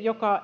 joka